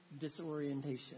disorientation